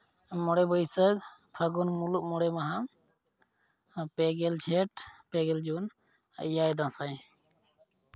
ᱢᱚᱬᱮ ᱵᱟᱹᱭᱥᱟᱹᱠᱷ ᱯᱷᱟᱹᱜᱩᱱ ᱢᱩᱞᱩᱠ ᱢᱚᱬᱮ ᱢᱟᱦᱟ ᱯᱮᱜᱮᱞ ᱡᱷᱮᱸᱴ ᱯᱮᱜᱮᱞ ᱡᱩᱱ ᱮᱭᱟᱭ ᱫᱟᱸᱥᱟᱭ